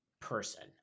person